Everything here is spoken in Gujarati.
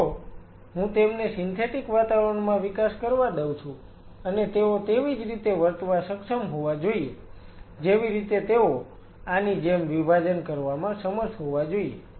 જો હું તેમને સિન્થેટિક વાતાવરણમાં વિકાસ કરવા દઉં છું અને તેઓ તેવીજ રીતે વર્તવા સક્ષમ હોવા જોઈએ જેવી રીતે તેઓ આની જેમ વિભાજન કરવામાં સમર્થ હોવા જોઈએ